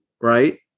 Right